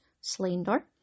slender